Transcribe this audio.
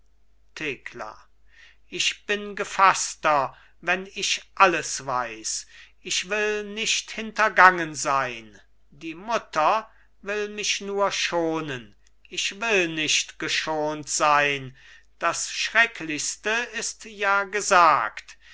thekla ich bin gefaßter wenn ich alles weiß ich will nicht hintergangen sein die mutter will mich nur schonen ich will nicht geschont sein das schrecklichste ist ja gesagt